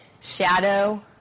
shadow